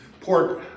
pork